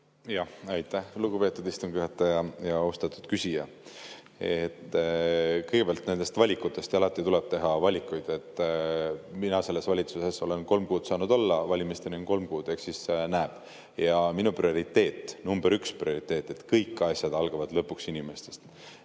Aitäh, lugupeetud istungi juhataja! Austatud küsija! Kõigepealt nendest valikutest, ja alati tuleb teha valikuid. Mina selles valitsuses olen kolm kuud saanud olla, valimisteni on kolm kuud, eks siis näeb. Ja minu prioriteet, number üks prioriteet on, et kõik asjad algavad lõpuks inimestest.